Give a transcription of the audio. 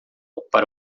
para